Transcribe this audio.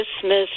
Christmas